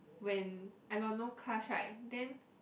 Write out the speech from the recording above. when I got no class right then